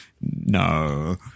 No